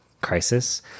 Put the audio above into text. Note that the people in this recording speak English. crisis